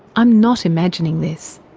i'm not imagining this.